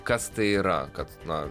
kas tai yra kad na